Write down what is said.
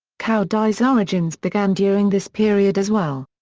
cao dai's origins began during this period as well.